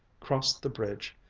crossed the bridge,